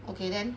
okay then